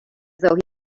though